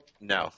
No